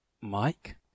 Mike